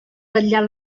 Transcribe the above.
vetllar